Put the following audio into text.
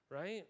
right